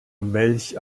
welch